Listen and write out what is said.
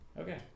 Okay